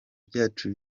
byacu